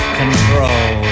control